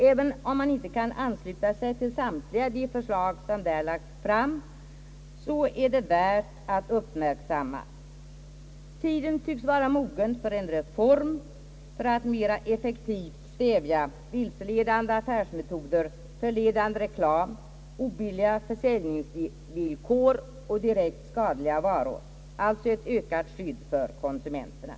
även om man inte kan ansluta sig till samtliga de förslag, som där lagts fram, är det värt att uppmärksamma. Tiden tycks vara mogen för en reform för att mera effektivt stävja vilseledande affärsmetoder, förledande reklam, obilliga försäljningsvillkor, direkt riskabla varor — alltså ett ökat skydd för konsumenterna.